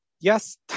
yes